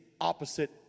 opposite